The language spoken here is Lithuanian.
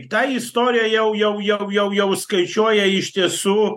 ta istorija jau jau jau jau jau skaičiuoja iš tiesų